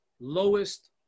lowest